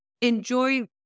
enjoy